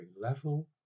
level